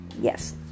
yes